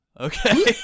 Okay